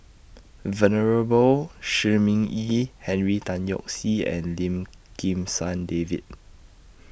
Venerable Shi Ming Yi Henry Tan Yoke See and Lim Kim San David